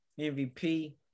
MVP